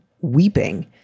weeping